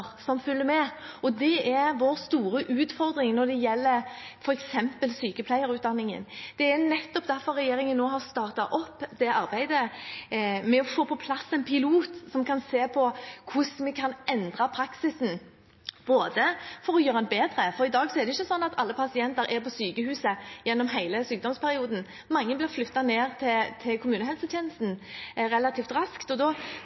som følger med. Det er vår store utfordring når det gjelder f.eks. sykepleierutdanningen. Det er nettopp derfor regjeringen nå har startet opp arbeidet med å få på plass en pilot som kan se på hvordan vi kan endre praksisen for å gjøre den bedre. I dag er ikke alle pasienter på sykehuset gjennom hele sykdomsperioden. Mange blir flyttet ned til kommunehelsetjenesten relativt raskt. Da